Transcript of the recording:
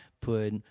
put